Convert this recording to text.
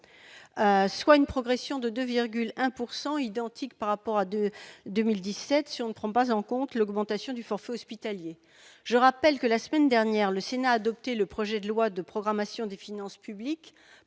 soit une progression de 2,1 %, identique par rapport à 2017 si l'on ne tient pas compte de l'augmentation du forfait hospitalier. Je rappelle que, la semaine dernière, le Sénat a adopté le projet de loi de programmation des finances publiques